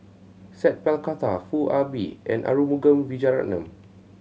Sat Pal Khattar Foo Ah Bee and Arumugam Vijiaratnam